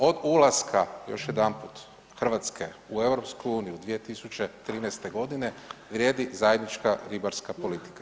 Od ulaska, još jedanput, Hrvatske u EU 2013. g. vrijedi zajednička ribarska politika.